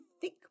thick